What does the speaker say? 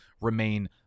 remain